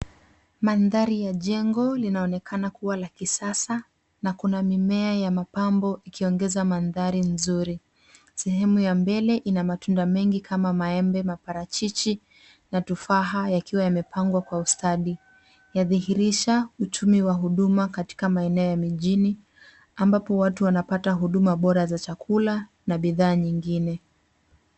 Mandhari ya jengo, linaonekana kuwa la kisasa, na kuna mimea ya mapambo ikiongeza mandhari nzuri. Sehemu ya mbele ina matunda mengi kama maembe, maparachichi, na tufaha, yakiwa yamepangwa kwa ustadi. Yadhihirisha uchumi wa huduma, katika maeneo ya mijini, ambapo watu wanapata huduma bora za chakula, na bidhaa nyingine.